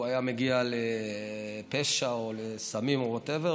הוא היה מגיע לפשע או לסמים או whatever,